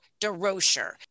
DeRocher